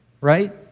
right